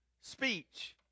speech